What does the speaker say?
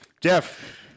Jeff